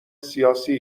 سیاسی